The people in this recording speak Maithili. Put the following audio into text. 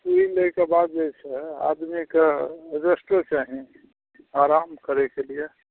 ई लैके बाद जे छै आदमी कए रेस्टो चाही आराम करैकेलिये